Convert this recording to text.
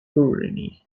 gurney